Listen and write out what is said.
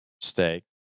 Steak